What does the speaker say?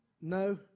No